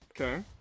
Okay